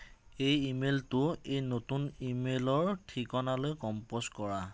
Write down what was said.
এই ইমেইলটো এই নতুন ইমেইলৰ ঠিকনাটোলৈ কম্প'জ কৰা